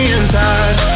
inside